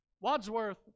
Wadsworth